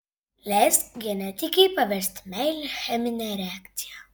leisk genetikei paversti meilę chemine reakcija